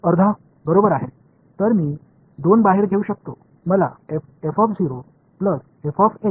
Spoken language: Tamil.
எனவேநான் பெறப்போவது இது உங்கள் ட்ரெப்சாய்டல் விதி போன்று தெரியவில்லை